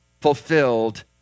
fulfilled